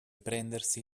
prendersi